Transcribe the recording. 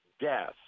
death